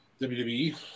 WWE